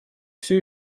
все